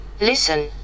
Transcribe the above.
Listen